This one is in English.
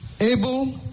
Abel